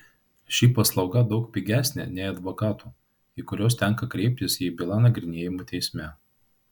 ši paslauga daug pigesnė nei advokatų į kuriuos tenka kreiptis jei byla nagrinėjama teisme